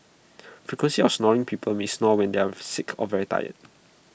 frequency of snoring people may snore when they are sick or very tired